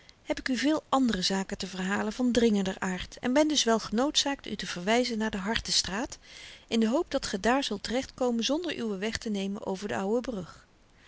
spreke heb ik u veel andere zaken te verhalen van dringender aard en ben dus wel genoodzaakt u te verwyzen naar de hartenstraat in de hoop dat ge daar zult terechtkomen zonder uwen weg te nemen over douwen brug